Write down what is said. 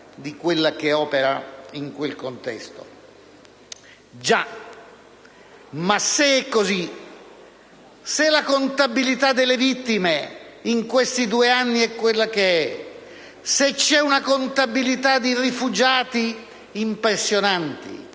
non meno canagliesca. Già, ma se è così, se la contabilità delle vittime in questi due anni è quella che è e se c'è una contabilità di rifugiati impressionante